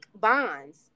bonds